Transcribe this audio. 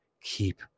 keep